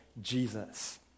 Jesus